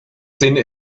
sinne